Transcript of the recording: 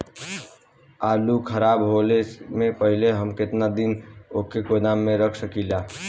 आलूखराब होने से पहले हम केतना दिन वोके गोदाम में रख सकिला?